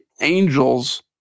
Angels